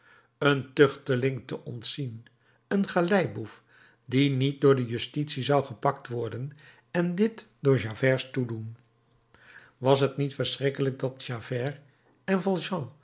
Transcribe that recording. een tuchteling te ontzien een galeiboef die niet door de justitie zou gepakt worden en dit door javerts toedoen was het niet verschrikkelijk dat javert en